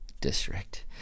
District